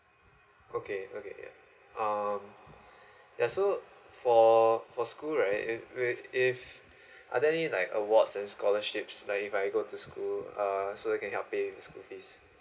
okay okay yeah um yeah so for for school right wait if are they any like awards and scholarships like if I go to school uh so it can help me with the school fees